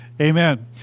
Amen